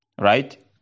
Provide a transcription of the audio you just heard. right